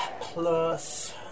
plus